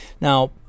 Now